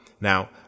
Now